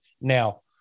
now